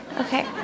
okay